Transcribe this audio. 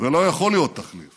ולא יכול להיות תחליף